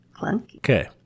Okay